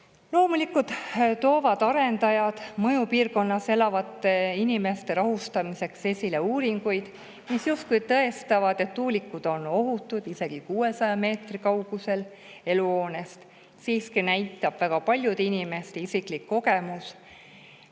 Loomulikult toovad arendajad mõjupiirkonnas elavate inimeste rahustamiseks esile uuringuid, mis justkui tõestavad, et tuulikud on ohutud isegi 600 meetri kaugusel eluhoonest. Siiski näitab üle kogu maailma väga paljude inimeste isiklik kogemus,